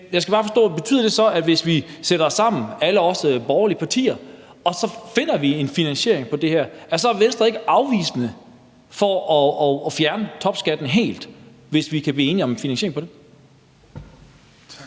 Betyder det så, hvis alle vi borgerlige partier sætter os sammen og finder en finansiering af det her, at så er Venstre ikke afvisende over for at fjerne topskatten helt – altså hvis vi kan blive enige om en finansiering af det?